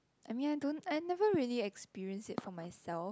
I mean I don't I never really experience it for myself